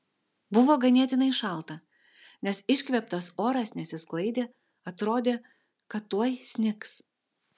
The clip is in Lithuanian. buvo ganėtinai šalta nes iškvėptas oras nesisklaidė atrodė kad tuoj snigs